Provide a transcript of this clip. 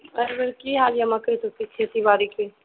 एहिबेर की हाल यऽ मकै सबकेँ खेती बारीकेँ